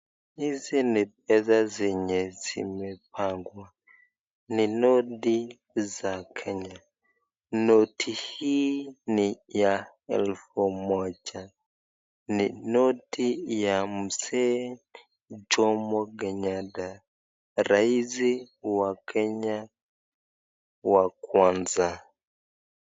Hizi ni pesa zenye zimepangwa ni noti za kenya. Noti hii ni ya elfu moja ni noti ya mzee jomo Kenyatta rais wa kenya wa kwanza.